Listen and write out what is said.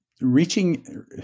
reaching